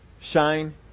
Shine